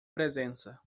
presença